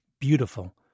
beautiful